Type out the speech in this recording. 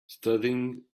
studying